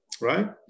Right